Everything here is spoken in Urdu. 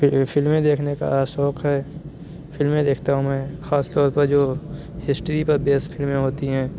فلمیں دیکھنے کا شوق ہے فلمیں دیکھتا ہوں میں خاص طور پر جو ہسٹری پر بیس فلمیں ہوتی ہیں